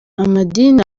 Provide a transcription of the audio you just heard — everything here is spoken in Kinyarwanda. amadini